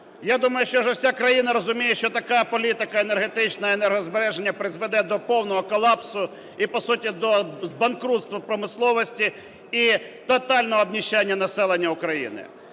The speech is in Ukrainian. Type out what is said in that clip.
Я думаю, що вже вся країна розуміє, що така політика енергетична і енергозбереження призведе до повного колапсу і по суті до банкрутства промисловості і тотального обнищання населення України.